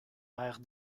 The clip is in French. maire